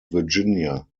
virginia